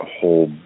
whole